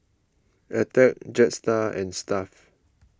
Attack Jetstar and Stuff'd